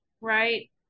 right